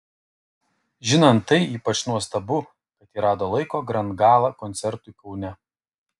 žinant tai ypač nuostabu kad ji rado laiko grand gala koncertui kaune